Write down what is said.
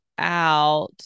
out